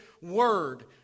word